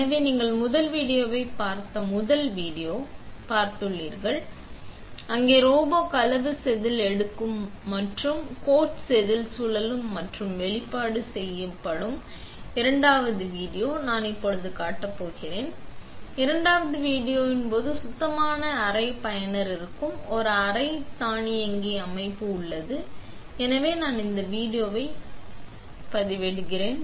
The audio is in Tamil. எனவே நீங்கள் முதல் வீடியோவைப் பார்த்த முதல் வீடியோவை நீங்கள் பார்த்துள்ளீர்கள் அங்கு ரோபோ களவு செதில் எடுக்கும் மற்றும் கோட் செதில் சுழலும் மற்றும் வெளிப்பாடு செய்யப்படும் இரண்டாவது வீடியோ நான் இப்போது காட்ட போகிறேன் என்று இரண்டாவது வீடியோ போது சுத்தமான அறை பயனர் இருக்கும் ஒரு அரை தானியங்கி அமைப்பு உள்ளது எனவே நான் இந்த வீடியோவை விளையாடுகிறேன்